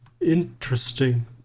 Interesting